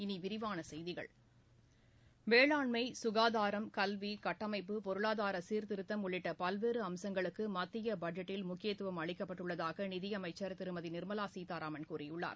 இனி விரிவான செய்திகள் வேளாண்மை ககாதாரம் கல்வி கட்டமைப்பு பொருளாதார சீர்திருத்தம் உள்ளிட்டட பல்வேறு அம்சங்களுக்கு மத்திய பட்ஜெட்டில் முக்கியத்துவம் அளிக்கப்பட்டுள்ளதாக நிதி அமைச்சா் திருமதி நிர்மலா சீதாராமன் கூறியுள்ளார்